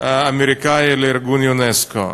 אמריקני לארגון אונסק"ו.